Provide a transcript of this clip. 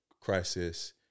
crisis